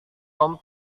tom